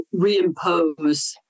reimpose